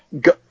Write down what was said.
go